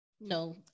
No